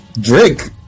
Drake